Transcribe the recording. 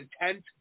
intent